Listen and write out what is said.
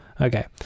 okay